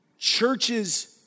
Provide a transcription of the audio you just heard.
Churches